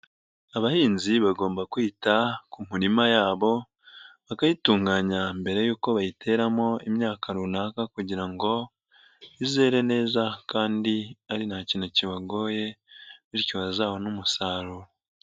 Abahinzi bagomba kwita ku mirima yabo bakayitunganya mbere y'uko bayiteramo imyaka runaka kugira ngo izere neza kandi ari nta kintu kibagoye, bityo bazabone umusaruro.